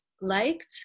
liked